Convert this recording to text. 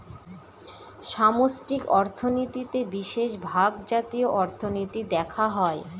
সামষ্টিক অর্থনীতিতে বিশেষভাগ জাতীয় অর্থনীতি দেখা হয়